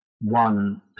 one